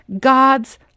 God's